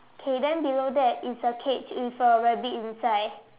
okay then below that is a cage with a rabbit inside